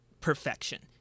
perfection